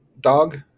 dog